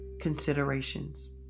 considerations